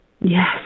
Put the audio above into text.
Yes